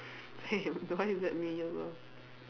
same that me also